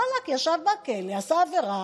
ואלכ, ישב בכלא, עשה עבירה,